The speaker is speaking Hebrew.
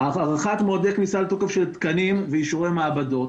הארכת מועדי כניסה לתוקף של תקנים ואישורי מעבדות,